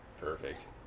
Perfect